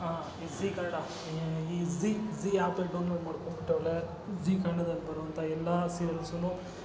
ಹಾಂ ಈ ಝೀ ಕನ್ನಡ ಈ ಝೀ ಝೀ ಆ್ಯಪಲ್ಲಿ ಡೌನ್ಲೋಡ್ ಮಾಡ್ಕೊಂಬಿಟ್ಟು ಅವ್ಳೆ ಝೀ ಕನ್ನಡದಲ್ಲಿ ಬರುವಂತ ಎಲ್ಲ ಸೀರಿಯಲ್ಸುನು